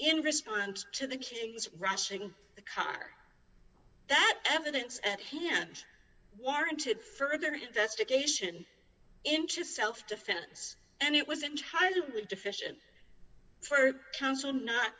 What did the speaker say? in response to the kings rushing the car that evidence at hand warranted further investigation into self defense and it wasn't highly deficient for counsel not